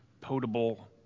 potable